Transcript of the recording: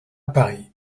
paris